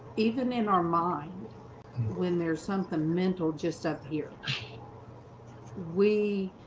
even in our mind when there's something mental just up here we